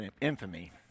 infamy